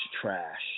trash